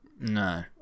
No